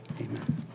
amen